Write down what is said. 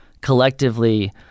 collectively